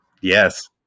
yes